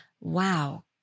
wow